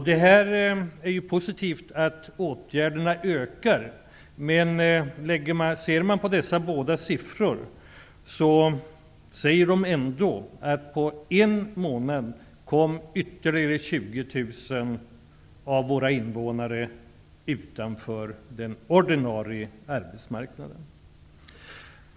Det är ju positivt att åtgärderna ökar, men ser man på dessa båda siffror finner man ändå att på en månad ytterligare 20 000 av våra invånare hamnat utanför den ordinarie arbetsmarknaden.